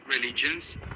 religions